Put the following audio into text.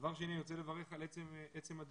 דבר שני, אני רוצה לברך על עצם הדיון.